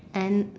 and